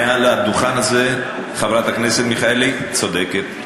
מעל הדוכן הזה: חברת הכנסת מיכאלי צודקת.